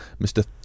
Mr